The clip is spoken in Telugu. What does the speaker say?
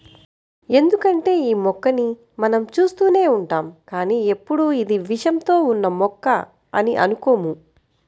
ఎందుకంటే యీ మొక్కని మనం చూస్తూనే ఉంటాం కానీ ఎప్పుడూ ఇది విషంతో ఉన్న మొక్క అని అనుకోము